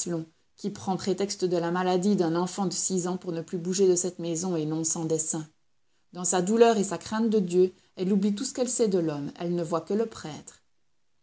qui prend prétexte de la maladie d'un enfant de six ans pour ne plus bouger de cette maison et non sans dessein dans sa douleur et sa crainte de dieu elle oublie tout ce qu'elle sait de l'homme elle ne voit que le prêtre